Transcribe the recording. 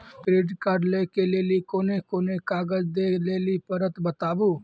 Credit card लै के लेली कोने कोने कागज दे लेली पड़त बताबू?